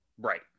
Right